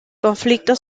conflicto